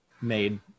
made